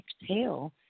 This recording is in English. exhale